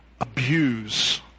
abuse